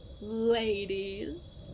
ladies